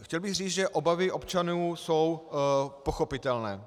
Chtěl bych říci, že obavy občanů jsou pochopitelné.